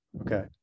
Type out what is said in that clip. Okay